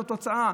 זאת התוצאה.